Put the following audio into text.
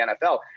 NFL